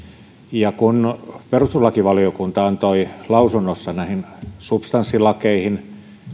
ja kun perustuslakivaliokunta antoi näihin substanssilakeihin